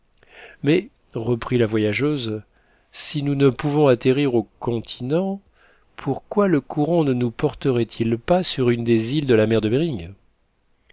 mais reprit la voyageuse si nous ne pouvons atterrir au continent pourquoi le courant ne nous porterait-il pas sur une des îles de la mer de behring